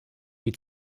die